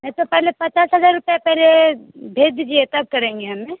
नहीं तो पहले पचास हज़ार रुपये पहले भेज दिजिए तब करेंगे हम